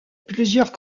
plusieurs